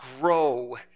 grow